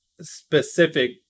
specific